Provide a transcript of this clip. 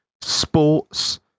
Sports